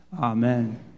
Amen